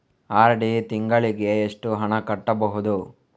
RD ತಿಂಗಳಿಗೆ ಎಷ್ಟು ಹಣ ಕಟ್ಟಬಹುದು?